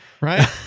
Right